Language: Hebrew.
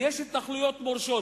ויש התנחלויות מורשות.